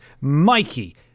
mikey